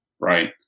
right